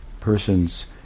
persons